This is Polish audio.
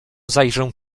zajrzę